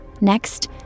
Next